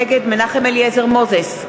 נגד מנחם אליעזר מוזס,